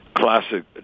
classic